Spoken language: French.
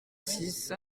six